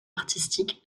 artistique